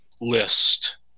list